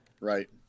Right